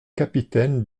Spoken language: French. capitaine